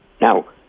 now